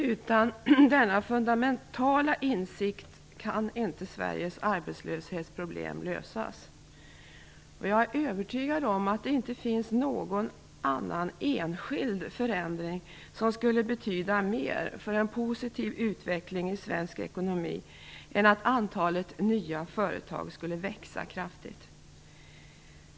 Utan denna fundamentala insikt kan inte Sveriges arbetslöshetsproblem lösas. Jag är övertygad om att det inte finns någon annan enskild förändring som skulle betyda mer för en positiv utveckling i svensk ekonomi än att antalet nya företag skulle växa kraftigt.